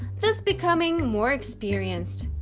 thus becoming more experienced.